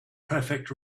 perfect